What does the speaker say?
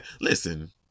Listen